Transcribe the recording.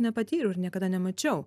nepatyriau ir niekada nemačiau